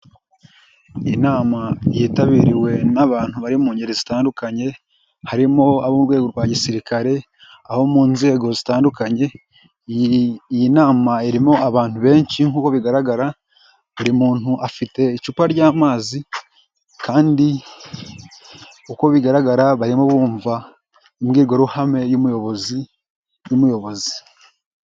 Iyi nama yitabiriwe n'abantu bari mu ngeri zitandukanye, harimo ab'urwego rwa gisirikare aho mu nzego zitandukanye, iyi nama irimo abantu benshi nk'uko bigaragara, buri muntu afite icupa ry'amazi kandi uko bigaragara barimo bumva imbwirwaruhame y'umuyobozi n'umuyobozi.